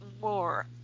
more